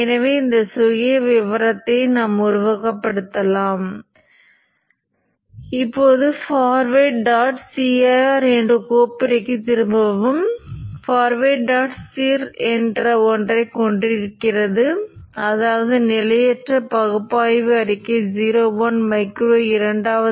எனவே சுவிட்ச் ஆன் செய்யும்போது முதன்மையின் குறுக்கே ஒரு மின்னழுத்த Vin உபயோகப்படுத்தப்படுகிறது இது ஒரு நிலையான மின்னழுத்தமாகும்